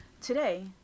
Today